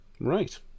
Right